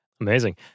Amazing